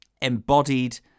embodied